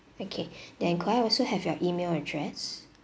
okay then could I also have your email address